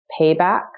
Payback